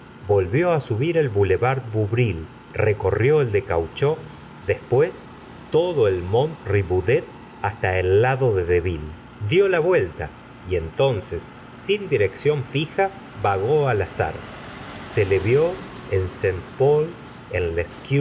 volvió á subir el boulevard bouvreuil recorrió el de cauchojse después todo el mont riboudet hasta el lado de deville dió la vuelta y entonces sin dirección fija vagó al azar se le vió en saint poi en